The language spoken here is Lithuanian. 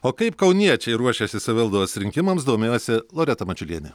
o kaip kauniečiai ruošiasi savivaldos rinkimams domėjosi loreta mačiulienė